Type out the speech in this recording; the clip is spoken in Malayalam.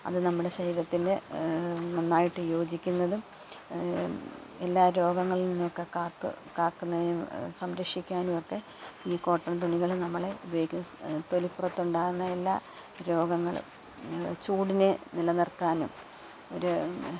അത് നമ്മുടെ ശരീരത്തിന് നന്നായിട്ട് യോജിക്കുന്നതും എല്ലാ രോഗങ്ങളിൽ നിന്നൊക്കെ കാത്തു കാക്കുന്നതിന് സംരക്ഷിക്കാനും ഒക്കെ ഈ കോട്ടൻ തുണികൾ നമ്മൾ ഉപയോഗിക്കുന്നു തൊലി പുറത്തുണ്ടാകുന്ന എല്ലാ രോഗങ്ങള് ചൂടിനെ നിലനിർത്താനും ഒര്